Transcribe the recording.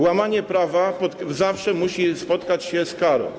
Łamanie prawa zawsze musi spotkać się z karą.